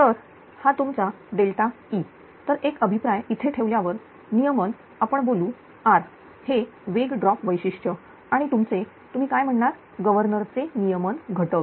तर हा तुमचा E तर एक अभिप्राय इथे ठेवल्यावर नियमन आपण बोलू R हे वेग ड्रॉप वैशिष्ट्य किंवा तुमचे तुम्ही काय म्हणणार गव्हर्नर चे नियमन घटक